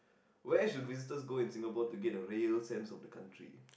where should visitors go in Singapore to get a real sense of the country